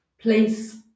place